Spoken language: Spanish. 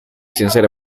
sincera